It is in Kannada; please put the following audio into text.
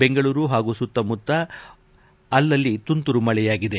ಬೆಂಗಳೂರು ಹಾಗೂ ಸುತ್ತಮುತ್ತ ಅಲ್ಲಲ್ಲಿ ತುಂತುರು ಮಳೆಯಾಗಿದೆ